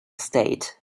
state